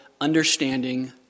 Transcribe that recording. understanding